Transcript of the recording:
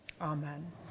amen